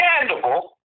understandable